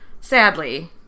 sadly